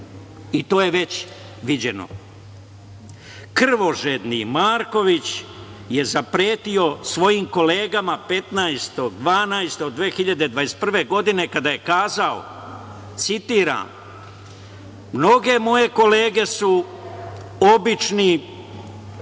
i to je već viđeno. Krvožedni Marković je zapretio svojim kolegama 15. decembra 2021. godine kada je kazao, citiram: „Mnoge moje kolege su obični